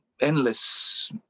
endless